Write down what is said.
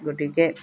গতিকে